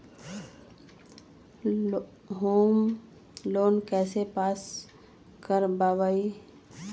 Home loan कैसे pass कर बाबई?